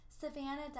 Savannah